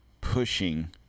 pushing